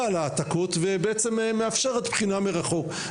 על העתקות ובעצם מאפשרת בחינה מרחוק.